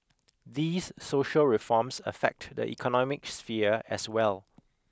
these social reforms affect the economic sphere as well